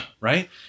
right